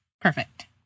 perfect